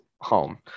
home